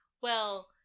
well-